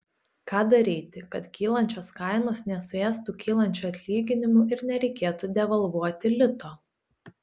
ką daryti kad kylančios kainos nesuėstų kylančių atlyginimų ir nereikėtų devalvuoti lito